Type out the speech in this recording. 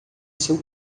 seu